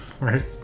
right